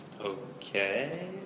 Okay